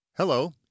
Hello